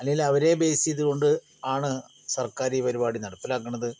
അല്ലെങ്കിൽ അവരെ ബേസ് ചെയ്തുകൊണ്ട് ആണ് സർക്കാർ ഈ പരിപാടി നടപ്പിലാക്കണത്